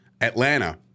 Atlanta